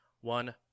one